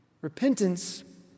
Repentance